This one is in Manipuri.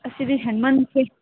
ꯑꯁꯤꯗꯤ ꯍꯦꯟꯃꯟꯈ꯭ꯔꯦ